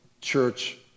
church